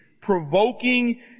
provoking